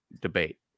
debate